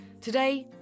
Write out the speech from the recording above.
Today